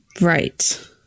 Right